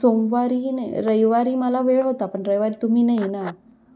सोमवारी नाही रविवारी मला वेळ होता पण रविवारी तुम्ही नाही आहे ना